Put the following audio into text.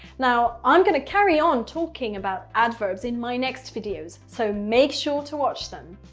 now i'm gonna carry on talking about adverbs in my next videos, so make sure to watch them.